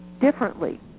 differently